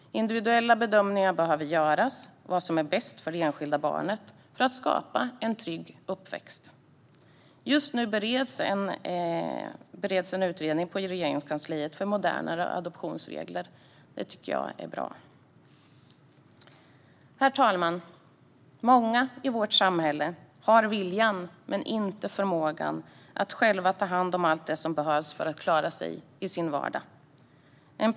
Individuella bedömningar behöver göras av vad som är bäst för det enskilda barnet för att skapa en trygg uppväxt. Just nu bereds en utredning om modernare adoptionsregler på Regeringskansliet. Det är bra. Herr talman! Många i vårt samhälle har viljan men inte förmågan att själva ta hand om allt som behövs för att klara sig i vardagen.